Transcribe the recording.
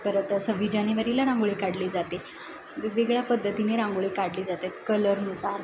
परत सव्वीस जानेवारीला रांगोळी काढली जाते वेगवेगळ्या पद्धतीने रांगोळी काढली जातात कलरनुसार